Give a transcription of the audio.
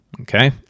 Okay